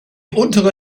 untere